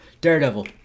Daredevil